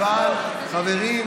אבל, חברים,